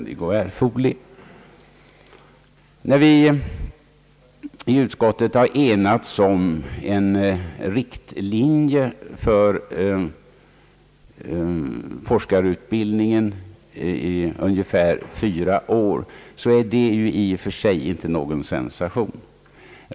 Det är i och för sig inte någon sensation att vi i utskottet har enats om en riktlinje för forskarutbildningen på ungefär fyra år.